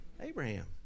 Abraham